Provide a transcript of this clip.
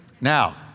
Now